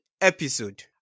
episode